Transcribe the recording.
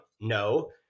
No